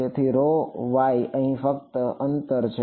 તેથી rho y અહીં ફક્ત આ અંતર છે